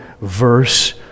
verse